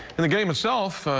and the game itself,